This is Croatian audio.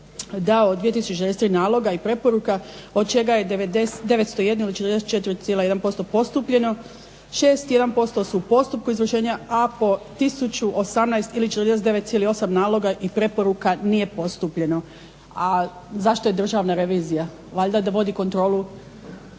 naloga i preporuka od čega je 901 44,1% postupljeno, 61% su u postupku izvršenja, a po 1018 ili 49,8% naloga i preporuka nije postupljeno. A zašto je Državna revizija? Valjda da vodi kontrolu